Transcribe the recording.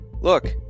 Look